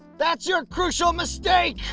that's your crucial mistake!